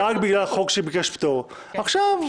רק בגלל שביקשו פטור על החוק הזה.